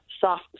soft